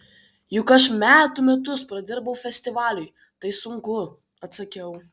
juk aš metų metus pradirbau festivaliui tai sunku atsakiau